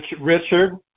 Richard